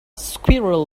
squirrel